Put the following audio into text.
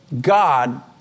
God